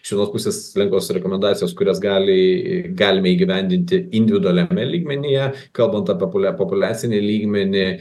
iš vienos pusės lengvos rekomendacijos kurias gali galime įgyvendinti individualiame lygmenyje kalbant apie popu populiacinį lygmenį